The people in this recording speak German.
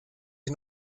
ich